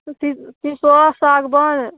सिसो सागबान